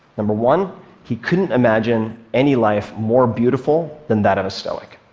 number one he couldn't imagine any life more beautiful than that of a stoic.